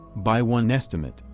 by one estimate,